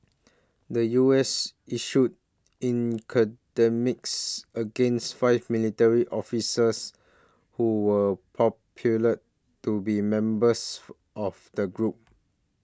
the U S issued against five military officials who were popular to be members of that group